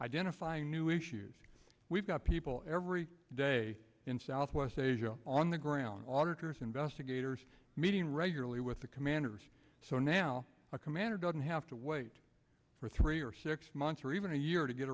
identifying new issues we've got people every day in southwest asia on the ground auditors investigators meeting regularly with the commanders so now a commander doesn't have to wait for three or six months or even a year to get